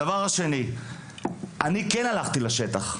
הדבר השני, אני כן הלכתי לשטח,